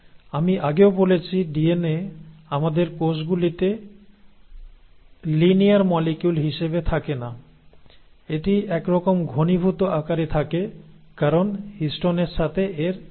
আমি আগেও বলেছি ডিএনএ আমাদের কোষগুলিতে লিনিয়ার মলিকিউল হিসাবে থাকে না এটি একরকম ঘনীভূত আকারে থাকে কারণ হিস্টোনের সাথে এর ইন্টারাকশন